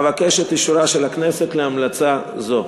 אבקש את אישורה של הכנסת להמלצה זו.